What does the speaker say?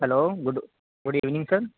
hello good good evening sir